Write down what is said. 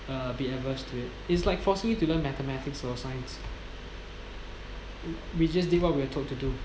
um be averse to it it's like forcing you to learn mathematics or science we we just did what we are told to do